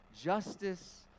justice